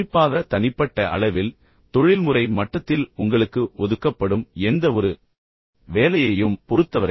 குறிப்பாக தனிப்பட்ட அளவில் தொழில்முறை மட்டத்தில் உங்களுக்கு ஒதுக்கப்படும் எந்தவொரு வேலையையும் பொறுத்தவரை